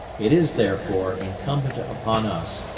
it is, therefore, incumbent upon us,